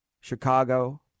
Chicago